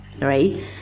right